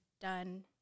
done